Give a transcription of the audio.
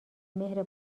مهر